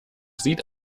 sieht